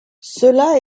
cela